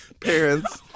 parents